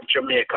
Jamaica